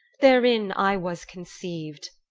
therein i was conceived,